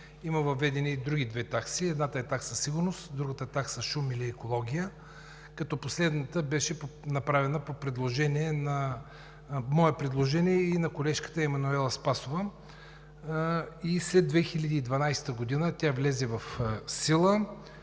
са въведени и други две такси. Едната е такса сигурност, а другата е такса шум или екология, като последната беше направена по мое предложение и на колежката Емануела Спасова, и след 2012 г. влезе в сила.